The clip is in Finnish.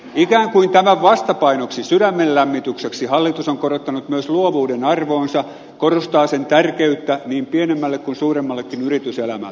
ikään kuin tämän vastapainoksi sydämen lämmitykseksi hallitus on korottanut myös luovuuden arvoonsa korostaa sen tärkeyttä niin pienemmälle kuin suuremmallekin yrityselämälle